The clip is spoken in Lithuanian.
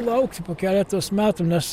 laukti po keletos metų nes